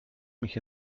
mich